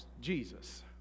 Jesus